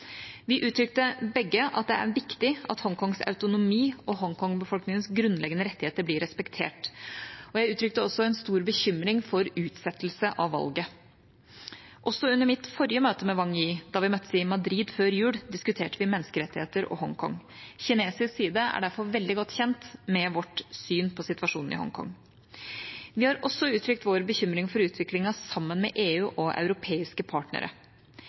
Vi uttrykte begge at det er viktig at Hongkongs autonomi og Hongkong-befolkningens grunnleggende rettigheter blir respektert. Jeg uttrykte også en stor bekymring for utsettelse av valget. Også under mitt forrige møte med Wang Yi, da vi møttes i Madrid før jul, diskuterte vi menneskerettigheter og Hongkong. Kinesisk side er derfor veldig godt kjent med vårt syn på situasjonen i Hongkong. Vi har også uttrykt vår bekymring for utviklingen sammen med EU og europeiske partnere.